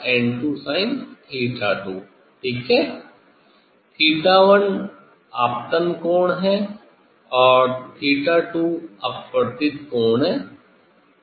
'θ1' आपतन कोण और 'θ2' अपवर्तित कोण है